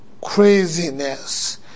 craziness